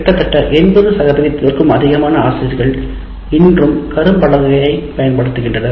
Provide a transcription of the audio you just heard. கிட்டத்தட்ட 80 சதவீதத்திற்கும் அதிகமான ஆசிரியர்கள் இன்றும் கரும்பலகையைப் பயன்படுத்துகின்றனர்